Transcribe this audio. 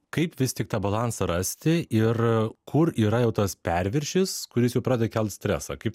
kaip vis tik tą balansą rasti ir kur yra jau tas perviršis kuris jau pradeda kelt stresą kaip